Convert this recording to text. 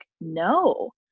no